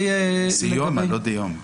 סיומא, לא דיומא...